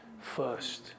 first